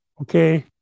Okay